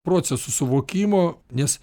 procesų suvokimo nes